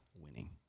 winning